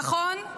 נכון,